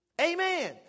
Amen